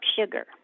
sugar